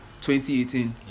2018